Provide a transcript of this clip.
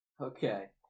Okay